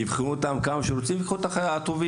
שייבחנו אותם כמה שרוצים ושייקחו את הטובים.